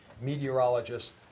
meteorologists